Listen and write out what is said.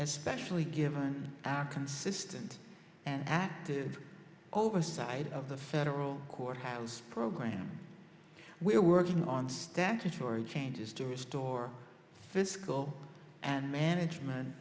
especially given our consistent and active oversight of the federal courthouse program we're working on statutory changes to restore fiscal and management